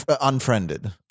unfriended